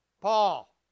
Paul